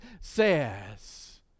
says